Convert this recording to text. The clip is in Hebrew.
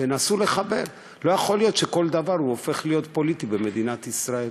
לא יכול להיות שכל דבר הופך להיות פוליטי במדינת ישראל.